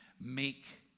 make